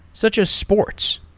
such as sports.